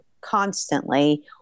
constantly